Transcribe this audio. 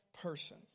person